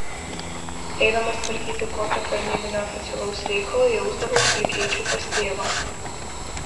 eidamas tvarkyti kokio tarnybinio oficialaus reikalo jausdavausi lyg eičiau pas tėvą